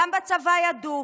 גם בצבא ידעו,